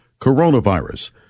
coronavirus